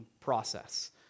process